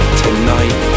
tonight